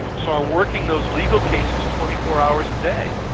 so i'm working those legal cases twenty four hours a day.